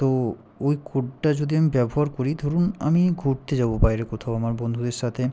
তো ওই কোডটা যদি আমি ব্যবহার করি ধরুন আমি ঘুরতে যাবো বাইরে কোথাও আমার বন্ধুদের সাথে